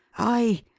i,